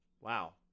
wow